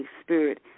Spirit